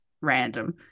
random